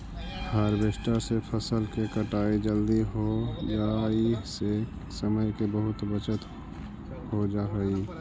harvester से फसल के कटाई जल्दी हो जाई से समय के बहुत बचत हो जाऽ हई